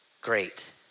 great